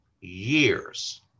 years